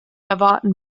erwarten